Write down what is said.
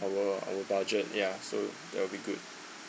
our our budget ya so that wil be good